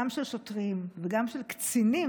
גם של שוטרים וגם של קצינים,